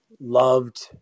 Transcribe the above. loved